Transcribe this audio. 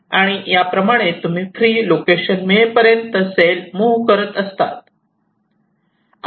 आणि याप्रमाणेच तुम्ही फ्री लोकेशन मिळेपर्यंत सेल मूव्ह करत असतात